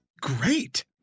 great